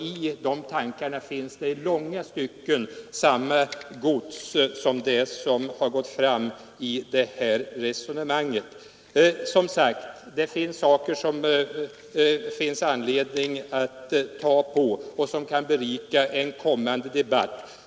I de tankarna finns det i långa stycken samma gods som det som kommit fram i det här resonemanget. Det finns som sagt i vpk:s resonemang saker som kan berika en kommande debatt.